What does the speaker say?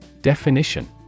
Definition